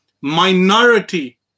minority